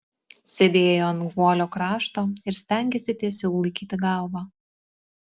sėdėjo ant guolio krašto ir stengėsi tiesiau laikyti galvą